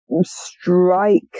strike